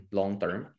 long-term